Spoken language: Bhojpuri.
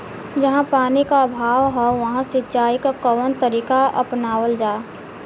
जहाँ पानी क अभाव ह वहां सिंचाई क कवन तरीका अपनावल जा?